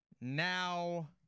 Now